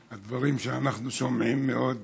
היום הדברים שאנחנו שומעים מאוד